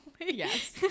Yes